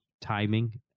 timing